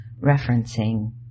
referencing